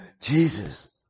Jesus